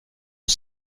une